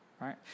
right